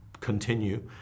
continue